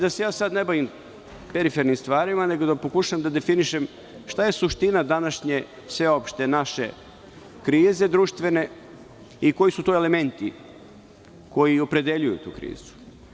Da se sad ne bavim perifernim stvarima, nego bih da pokušam da definišem šta je suština današnje sveopšte naše društvene krize i koji su to elementi koji opredeljuju tu krizu?